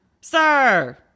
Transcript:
sir